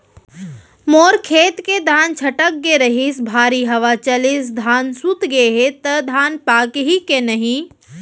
मोर खेत के धान छटक गे रहीस, भारी हवा चलिस, धान सूत गे हे, त धान पाकही के नहीं?